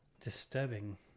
disturbing